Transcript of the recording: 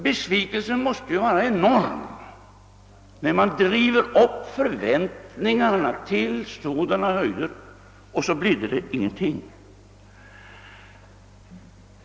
Besvikelsen måste ju vara enorm, när man driver upp förväntningarna till sådana höjder och det sedan inte »blidde» någonting.